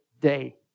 day